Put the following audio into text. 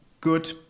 good